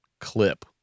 clip